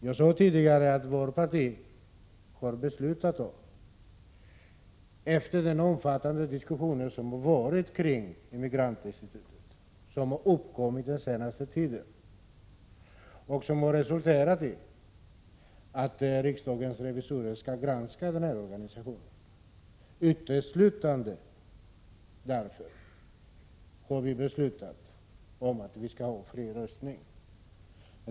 Jag sade tidigare att efter den omfattande diskussion som varit kring Immigrantinstitutet och som uppkommit den senaste tiden och resulterat i att riksdagens revisorer skall granska organisationen har vårt parti — uteslutande på grund av dessa omständigheter — beslutat att vi skall ha fri röstning.